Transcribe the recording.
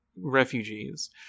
refugees